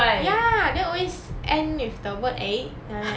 ya then always end with the word eh and I'm like